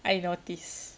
I noticed